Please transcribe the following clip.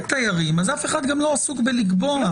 אף אחד לא עסוק בלקבוע.